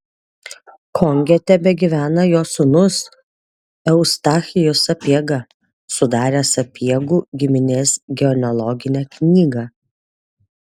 konge tebegyvena jo sūnus eustachijus sapiega sudaręs sapiegų giminės genealoginę knygą